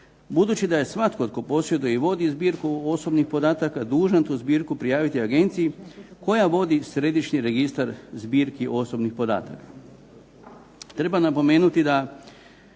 budući da je svatko tko posjeduje i vodi zbirku osobnih podataka dužan tu zbirku prijaviti agenciji koja vodi središnji registar zbirki osobnih podataka. Treba napomenuti da